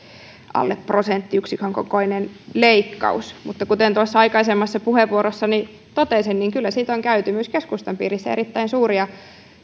alle prosenttiyksikön kokoinen leikkaus mutta kuten tuossa aikaisemmassa puheenvuorossani totesin niin kyllä myös keskustan piirissä on käyty erittäin suuria